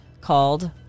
called